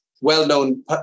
well-known